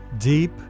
Deep